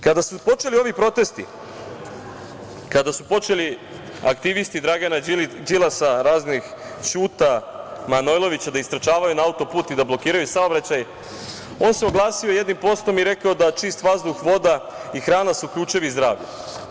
Kada su počeli ovi protesti, kada su počeli aktivisti Dragana Đilasa, raznih Ćuta Manojlovića da istrčavaju na autoput i da blokiraju saobraćaj, on se oglasio jednim postom i rekao da čist vazduh, voda i hrana su ključevi zdravlja.